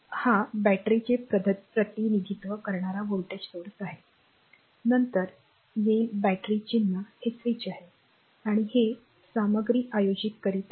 हा बॅटरीचे प्रतिनिधित्व करणारा व्होल्टेज स्त्रोत आहे नंतर येईल बॅटरी चिन्ह हे स्विच आहे आणि हे सामग्री आयोजित करीत आहे